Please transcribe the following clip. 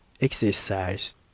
exercise